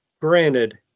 granted